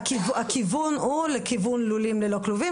הכיוון הוא לולים ללא כלובים,